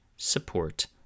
Support